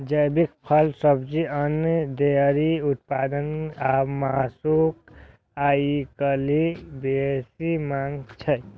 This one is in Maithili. जैविक फल, सब्जी, अन्न, डेयरी उत्पाद आ मासुक आइकाल्हि बेसी मांग छै